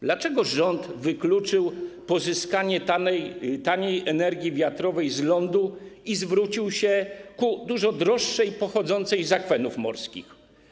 Dlaczego rząd wykluczył pozyskanie taniej energii wiatrowej z lądu i zwrócił się ku dużo droższej, pochodzącej z akwenów morskich?